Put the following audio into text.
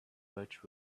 birch